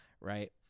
right